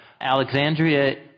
Alexandria